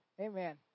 Amen